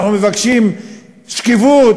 אנחנו מבקשים שקיפות,